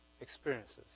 experiences